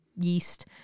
yeast